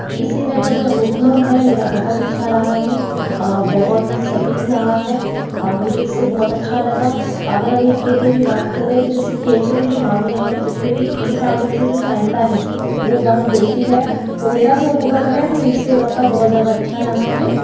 ई सेवा का जो अनुभव है मेरा बहुत अच्छा रहा है बहुत सटीक रहा है मुझे इससे बहुत अच्छा लगा अगर हम एक केंद्र की बात करे तो जैसे केंद्र के जो मामले हैं उसमे भी ई फ़ाईलिंग की जो सहायता है वो वहाँ मिलती है तो मेरा जो अनुभव है वो ई सेवा का बहुत ज़्यादा अच्छा रहा है